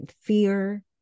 Fear